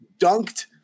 dunked